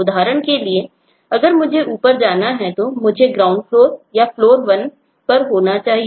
उदाहरण के लिए अगर मुझे ऊपर जाना है तो मुझे ग्राउंड फ्लोर या फ्लोर नंबर 1 पर होना चाहिए